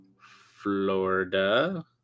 Florida